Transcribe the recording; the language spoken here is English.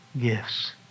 gifts